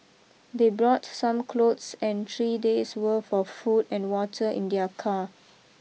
they brought some clothes and three days worth of food and water in their car